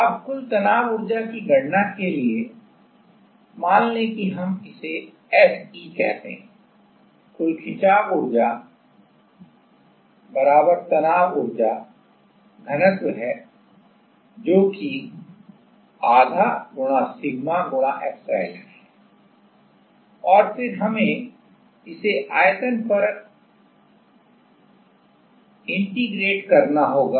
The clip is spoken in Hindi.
अब कुल तनाव ऊर्जा की गणना करने के लिए मान लें कि हम इसे SE कहते हैं कुल खिंचाव ऊर्जा तनाव ऊर्जा घनत्व है जो ½ सिग्मा एप्सिलॉन है और फिर हमें इसे आयतन पर एकीकृत करना होगा